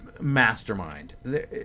mastermind